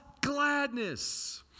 gladness